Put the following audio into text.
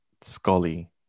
Scully